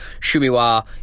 Shumiwa